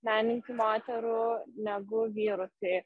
menininkių moterų negu vyrų tai